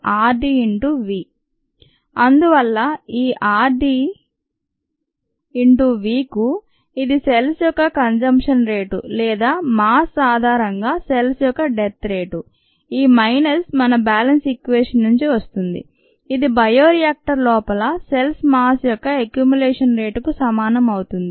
rcrdV అందువల్ల ఈ r d v కు ఇది సెల్స్ యొక్క కంసుంప్షన్ రేటు లేదా మాస్ ఆధారంగా సెల్స్ యొక్క డెత్ రేటు ఈ మైనస్ మన బ్యాలెన్స్ ఈక్వేషన్ నుంచి వస్తుంది ఇది బయోరియాక్టర్ లోపల సెల్స్ మాస్ యొక్క అక్క్యూమ్లేషన్ రేటుకు సమానం అవుతుంది